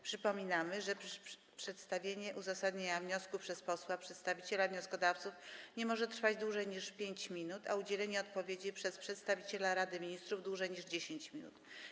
Przypominam, że przedstawienie uzasadnienia wniosku przez posła przedstawiciela wnioskodawców nie może trwać dłużej niż 5 minut, a udzielenie odpowiedzi przez przedstawiciela Rady Ministrów - dłużej niż 10 minut.